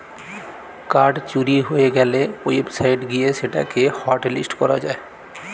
card চুরি হয়ে গ্যালে ওয়েবসাইট গিয়ে সেটা কে হটলিস্ট করা যায়